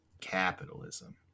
Capitalism